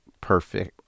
perfect